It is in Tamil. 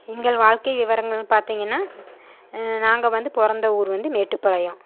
எங்கள் வாழ்க்கை விவரங்கள்ன்னு பார்த்திங்கன்னா நாங்கள் வந்து பிறந்த ஊர் வந்து மேட்டுப்பாளையம்